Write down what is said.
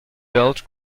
belt